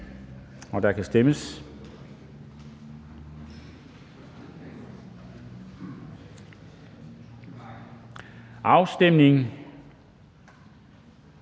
og der kan stemmes. Afstemningen